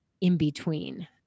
in-between